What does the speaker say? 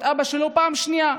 את אבא שלו פעם שנייה,